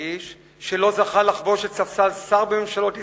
האיש שלא זכה לחבוש ספסל שר בממשלות ישראל,